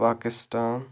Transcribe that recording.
Pakistan